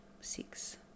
six